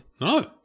No